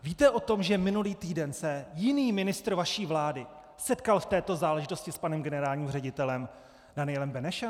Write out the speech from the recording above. Víte o tom, že minulý týden se jiný ministr vaší vlády setkal v této záležitosti s panem generálním ředitelem Danielem Benešem?